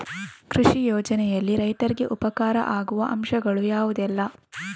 ಕೃಷಿ ಯೋಜನೆಯಲ್ಲಿ ರೈತರಿಗೆ ಉಪಕಾರ ಆಗುವ ಅಂಶಗಳು ಯಾವುದೆಲ್ಲ?